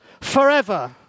forever